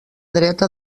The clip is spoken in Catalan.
dreta